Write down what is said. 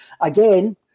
Again